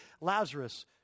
Lazarus